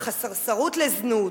אך הסרסרות לזנות,